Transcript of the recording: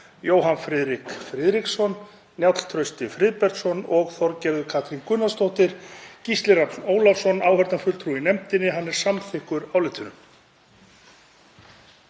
Jóhann Friðrik Friðriksson, Njáll Trausti Friðbertsson og Þorgerður Katrín Gunnarsdóttir. Gísli Rafn Ólafsson, áheyrnarfulltrúi í nefndinni, er samþykkur álitinu.